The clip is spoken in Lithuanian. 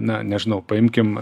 na nežinau paimkim